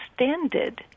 extended